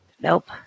Nope